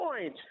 point